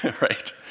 right